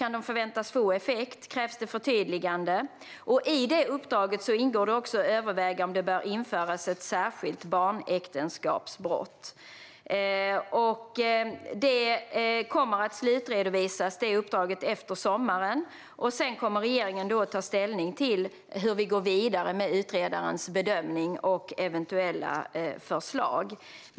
Kan de förväntas få effekt? Krävs det förtydliganden? I uppdraget ingår det också att överväga om det bör införas ett särskilt barnäktenskapsbrott. Uppdraget kommer att slutredovisas efter sommaren, och sedan kommer regeringen att ta ställning till hur vi går vidare med utredarens bedömning och eventuella förslag.